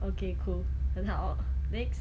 okay cool 很好 next